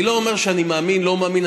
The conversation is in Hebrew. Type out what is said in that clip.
אני לא אומר שאני מאמין או לא מאמין,